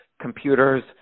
computers